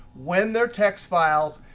when their text files,